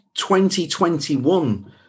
2021